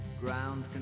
Ground